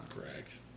Correct